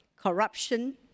corruption